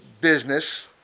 business